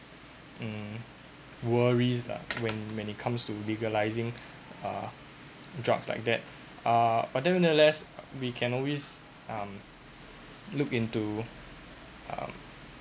hmm worries lah when when it comes to visualizing uh drugs like that ah but then nonetheless we can always um look into